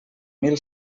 mil